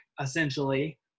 essentially